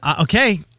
okay